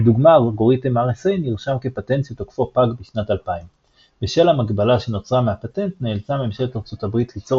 לדוגמה אלגוריתם RSA נרשם כפטנט שתוקפו פג בשנת 2000. בשל המגבלה שנוצרה מהפטנט נאלצה ממשלת ארצות הברית ליצור